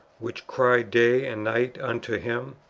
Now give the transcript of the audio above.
which cry day and night unto him?